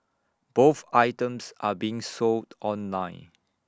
both items are being sold online